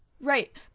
Right